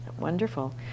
Wonderful